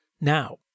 Now